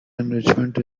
enrichment